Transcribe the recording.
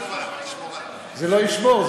זה לא לשמור,